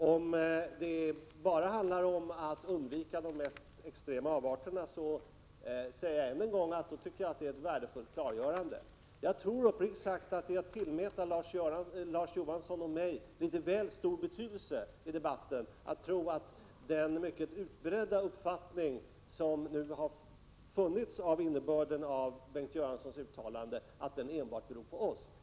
Om det bara handlar om att undvika de mest extrema avarterna, vill jag än en gång säga att det är fråga om ett värdefullt klargörande. Uppriktigt sagt tror jag att Larz Johansson och jag 7” tillmäts litet väl stor betydelse i debatten, om man tror att den mycket vanliga tolkningen av innebörden av Bengt Göranssons uttalande enbart beror på oss.